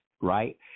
right